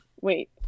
Wait